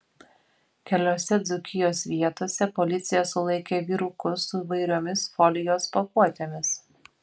keliose dzūkijos vietose policija sulaikė vyrukus su įvairiomis folijos pakuotėmis